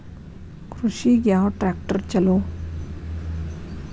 ಕೃಷಿಗ ಯಾವ ಟ್ರ್ಯಾಕ್ಟರ್ ಛಲೋ?